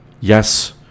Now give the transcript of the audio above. yes